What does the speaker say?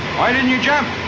why didn't you jump?